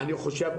אני חושב,